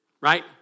right